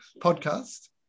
podcast